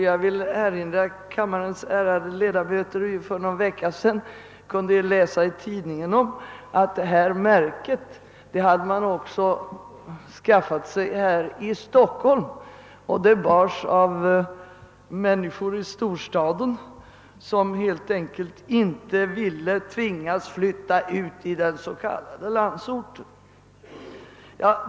Jag vill erinra om att kammarens ärade ledamöter för någon vecka sedan i tidningen kunde läsa att det där märket hade man också skaffat sig här i Stockholm. Det bars av människor i storstaden som helt enkelt inte ville tvingas ut i den s.k. landsorten.